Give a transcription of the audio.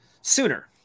sooner